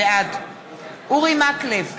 בעד אורי מקלב,